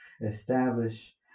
establish